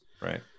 right